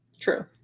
True